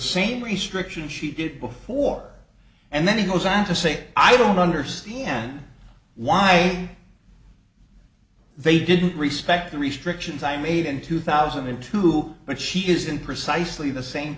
same restriction she did before and then he goes on to say i don't understand why they didn't respect the restrictions i made in two thousand and two but she is in precisely the same